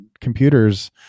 computers